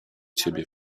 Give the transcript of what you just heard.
ciebie